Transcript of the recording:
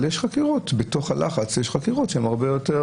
אבל בתוך הלחץ יש חקירות שהן הרבה יותר